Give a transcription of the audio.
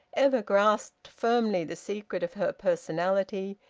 ever grasped firmly the secret of her personality,